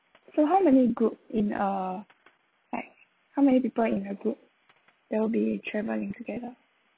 so how many group in a like how many people in a group that will be traveling together